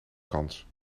kans